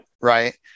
right